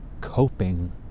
coping